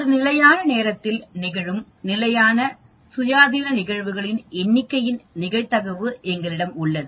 ஒரு நிலையான நேரத்தில் நிகழும் சுயாதீன நிகழ்வுகளின் எண்ணிக்கையின் நிகழ்தகவு எங்களிடம் உள்ளது